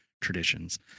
traditions